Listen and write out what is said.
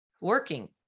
working